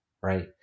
right